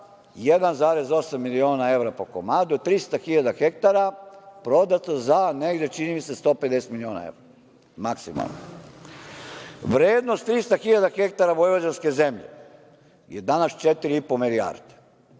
1,8 miliona evra po komadu, 300 hiljada hektara, prodata za, čini mi se, 150 miliona evra, maksimalno. Vrednost 300 hiljada hektara vojvođanske zemlje, je danas 4,5 milijarde.